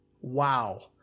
Wow